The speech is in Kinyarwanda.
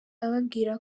ababwira